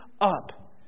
up